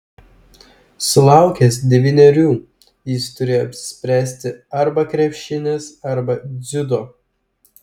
sulaukęs devynerių jis turėjo apsispręsti arba krepšinis arba dziudo